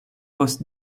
post